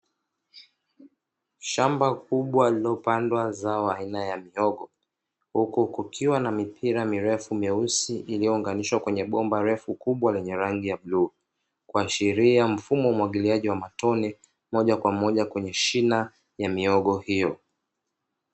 Shamba kubwa lililopandwa zao aina ya mihogo, huku kukiwa na mipira mirefu myeusi iliyounganishwa kwenye bomba lefu kubwa lenye rangi ya bluu, kuashiria mfumo wa umwagiliaji wa matone moja kwa moja kwenye shina ya mihogo hiyo.